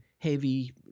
heavy